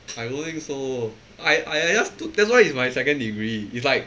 I don't think so I I like just that's why it's my second degree it's like